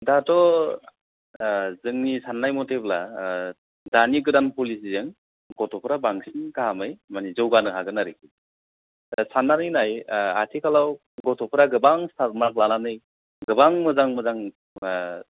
दाथ' जोंनि सान्नाय मथेब्ला दानि गोदान पलिसिजों गथ'फ्रा बांसिन गाहामै माने जौगानो हागोन आरोखि दा सान्नानै नाय आथिखालाव गथ'फोरा गोबां स्टार मार्क लानानै गोबां मोजां मोजां